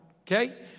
okay